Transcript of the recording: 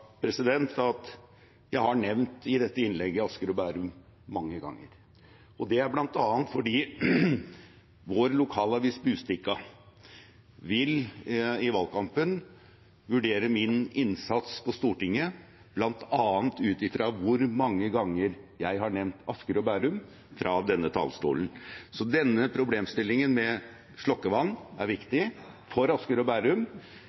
at jeg i dette innlegget har nevnt Asker og Bærum mange ganger. Det er bl.a. fordi vår lokalavis, Budstikka, i valgkampen vil vurdere min innsats på Stortinget bl.a. ut fra hvor mange ganger jeg har nevnt Asker og Bærum fra denne talerstolen. Så denne problemstillingen med slukkevann er viktig for Asker og Bærum,